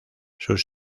sus